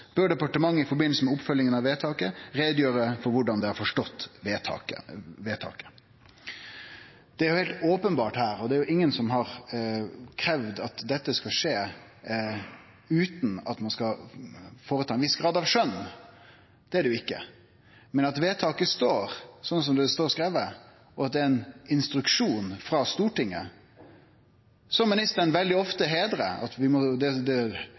bør departementet i forbindelse med oppfølgingen av vedtaket redegjøre for hvordan det har forstått vedtaket.» Det er heilt openbert her – og det er ingen som har kravd at dette skal skje utan at ein skal bruke ein viss grad av skjønn, det er det ikkje – at vedtaket står slik det står skrive, og at det er ein instruksjon frå Stortinget. Ministeren heidrar veldig ofte Stortinget – det er på Stortinget demokratiet er, det